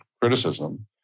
criticism